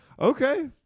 Okay